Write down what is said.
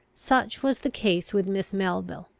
such was the case with miss melville.